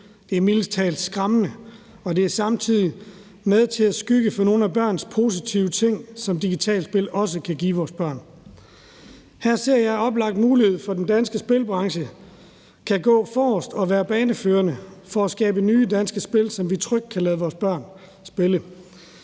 Det er mildest talt skræmmende, og det er samtidig med til at skygge for nogle af de positive ting, som digitale spil også kan give vores børn. Her ser jeg en oplagt mulighed for, at den danske spilbranche kan gå forrest og være baneførende for at skabe nye danske spil, som vi trygt kan lade vores børn spille